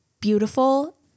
beautiful